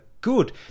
good